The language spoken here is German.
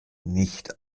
nicht